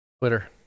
Twitter